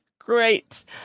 great